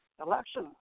election